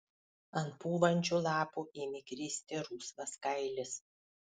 ant pūvančių lapų ėmė kristi rusvas kailis